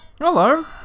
Hello